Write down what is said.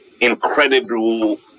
incredible